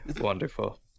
Wonderful